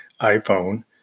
iPhone